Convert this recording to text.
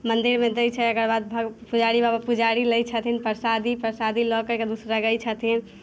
मन्दिरमे दय छै एकर भऽ बाद पुजारी बाबा पुजारी लय छथिन परसादी परसादी लऽ कऽ एकर बाद उसरगैत छथिन